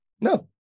No